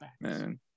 Man